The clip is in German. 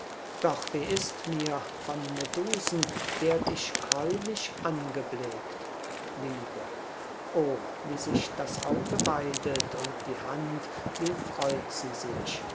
doch wie ist mir von medusen werd ich greulich angeblickt liebe o wie sich das auge weidet und die hand wie freut sie sich